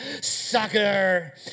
sucker